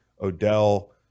Odell